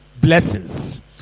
blessings